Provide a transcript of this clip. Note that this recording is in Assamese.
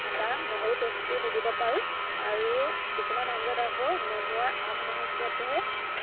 আদা নহৰু পেষ্টটো দি দিব পাৰোঁ আৰু কিছুমান আঞ্জাত আকৌ নমুৱাৰ আগমুৰ্হূততহে